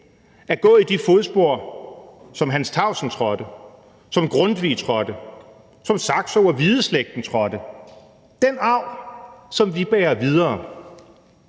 at gå i de fodspor, som Hans Tausen trådte, som Grundtvig trådte, som Saxo og Hvideslægten trådte – den arv, som vi bærer videre.